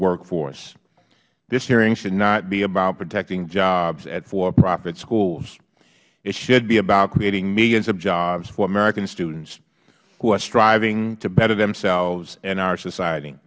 workforce this hearing should not be about protecting jobs at for profit schools it should be about creating millions of jobs for american students who are striving to better ourselves and our society